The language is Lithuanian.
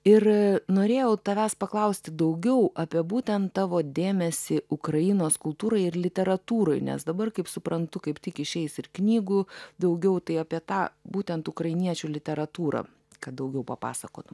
ir norėjau tavęs paklausti daugiau apie būtent tavo dėmesį ukrainos kultūrai ir literatūroj nes dabar kaip suprantu kaip tik išeis ir knygų daugiau tai apie tą būtent ukrainiečių literatūrą kad daugiau papasakotum